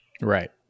right